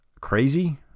crazy